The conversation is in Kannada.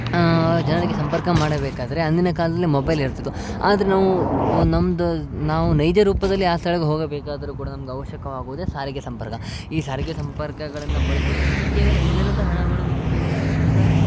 ಜನರಿಗೆ ಸಂಪರ್ಕ ಮಾಡಬೇಕಾದರೆ ಅಂದಿನ ಕಾಲದಲ್ಲಿ ಮೊಬೈಲ್ ಇರ್ತಿತ್ತು ಆದರೆ ನಾವು ನಮ್ದು ನಾವು ನೈಜ ರೂಪದಲ್ಲಿ ಆ ಸ್ಥಳಕ್ಕೆ ಹೋಗಬೇಕಾದರೂ ಕೂಡ ನಮ್ಗೆ ಆವಶ್ಯಕವಾಗಿದೆ ಸಾರಿಗೆ ಸಂಪರ್ಕ ಈ ಸಾರಿಗೆ ಸಂಪರ್ಕಗಳನ್ನು ಬಳಸುವುದರಿಂದ ಕೇವಲ ಇಂಧನದ ಹಣಗಳನ್ನು ಕೇವಲ ಇಂಧನದ